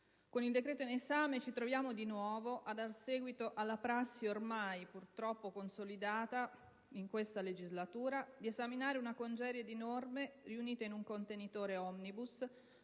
con il decreto in esame ci troviamo di nuovo a dare seguito alla prassi, ormai purtroppo consolidata in questa legislatura, di esaminare una congerie di norme riunite in un contenitore *omnibus*